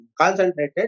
concentrated